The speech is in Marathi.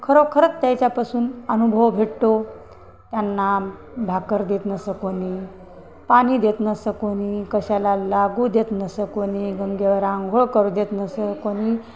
खरोखरंच त्याच्यापासून अनुभव भेटतो त्यांना भाकर देत नसे कोणी पाणी देत नसे कोणी कशाला लागू देत नसे कोणी गंगेवर अंघोळ करू देत नसे कोणी